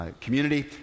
community